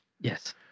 Yes